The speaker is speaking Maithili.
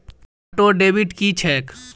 ऑटोडेबिट की छैक?